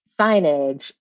signage